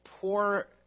poor